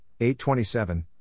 827